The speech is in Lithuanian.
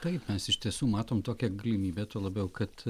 taip mes iš tiesų matom tokią galimybę tuo labiau kad